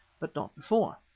but not before.